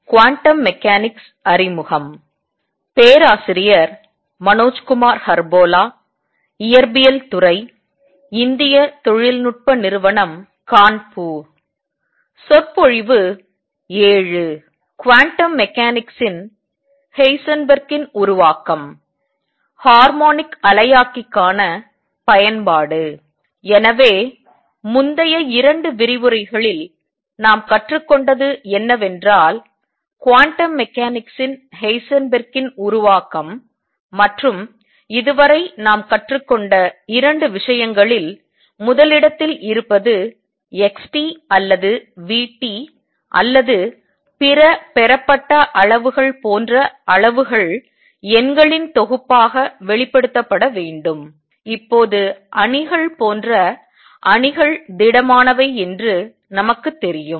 quantum மெக்கானிக்ஸின் ஹெய்சன்பெர்க்கின் உருவாக்கம் ஹார்மோனிக் அலையாக்கிக்கான பயன்பாடு எனவே முந்தைய 2 விரிவுரைகளில் நாம் கற்றுக்கொண்டது என்னவென்றால் குவாண்டம் மெக்கானிக்ஸின் ஹெய்சன்பெர்க்கின் உருவாக்கம் மற்றும் இதுவரை நாம் கற்றுக் கொண்ட இரண்டு விஷயங்களில் முதலிடத்தில் இருப்பது xt அல்லது vt அல்லது பிற பெறப்பட்ட அளவுகள் போன்ற அளவுகள் எண்களின் தொகுப்பாக வெளிப்படுத்தப்பட வேண்டும் இப்போது அணிகள் போன்ற அணிகள் திடமானவை என்று நமக்குத் தெரியும்